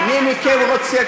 אני מכם רוצה,